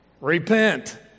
Repent